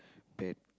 bad